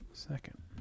Second